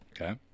okay